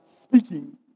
speaking